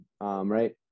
Right